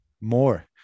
more